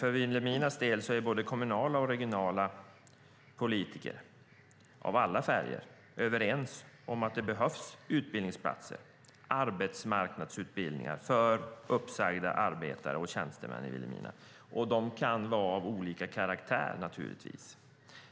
I Vilhelmina är både kommunala och regionala politiker av alla färger överens om att det behövs utbildningsplatser och arbetsmarknadsutbildningar för uppsagda arbetare och tjänstemän. De kan naturligtvis vara av olika karaktär.